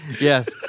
Yes